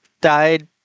died